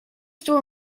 store